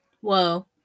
Whoa